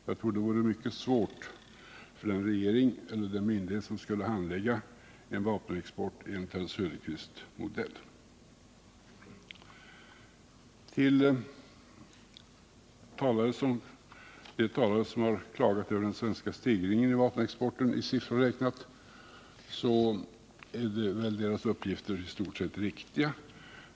Jag tror det vore mycket svårt för den regering eller myndighet som skulle handlägga en vapenexport enligt herr Söderqvists modell. De talare som klagat över den svenska stegringen i vapenexporten, i siffror räknat, har väl i stort sett riktiga uppgifter.